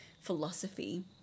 philosophy